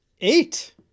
eight